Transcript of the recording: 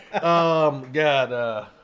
God